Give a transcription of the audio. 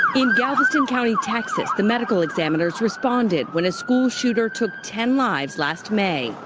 in galveston county, texas, the medical examiners responded when a school shooter took ten lives last may.